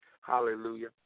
Hallelujah